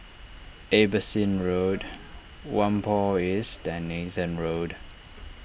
Abbotsingh Road Whampoa East and Nathan Road